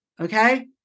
okay